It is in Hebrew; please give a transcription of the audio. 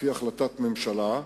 לפי החלטת ממשלה,